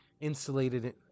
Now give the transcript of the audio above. insulated